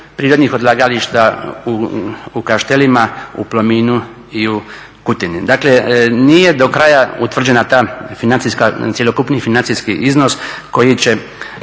prirodnih odlagališta u Kaštelima, u Plominu i u Kutini. Dakle, nije do kraja utvrđena ta financijska, cjelokupni financijski iznos koji će